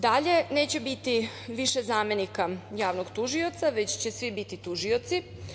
Dalje, neće biti više zamenika javnog tužioca, već će svi biti tužioci.